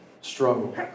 struggle